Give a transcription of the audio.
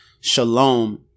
shalom